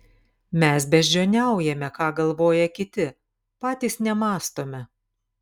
mes beždžioniaujame ką galvoja kiti patys nemąstome